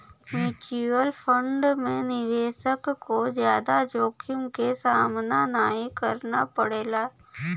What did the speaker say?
mutual fund में निवेशक को जादा जोखिम क सामना नाहीं करना पड़ला